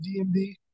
DMD